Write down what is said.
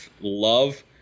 love